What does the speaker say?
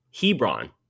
Hebron